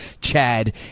Chad